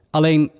Alleen